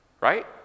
right